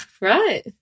Right